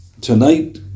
Tonight